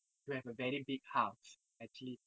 to have a very big house actually